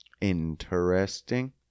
interesting